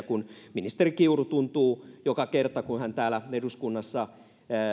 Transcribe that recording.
kun ministeri kiuru tuntuu joka kerta kun hän täällä eduskunnassa